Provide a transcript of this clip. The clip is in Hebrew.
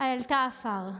העלתה אבק.